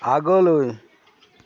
আগলৈ